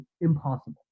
impossible